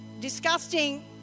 disgusting